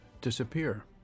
disappear